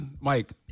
Mike